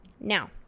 Now